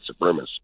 supremacist